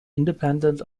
independent